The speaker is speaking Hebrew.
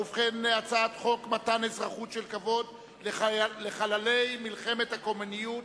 הצעת חוק מתן אזרחות של כבוד לחללי מלחמת הקוממיות,